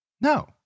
No